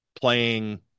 playing